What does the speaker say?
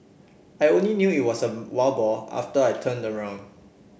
I only knew it was a wild boar after I turned around